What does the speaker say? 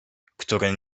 który